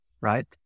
right